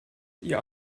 ihr